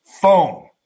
phone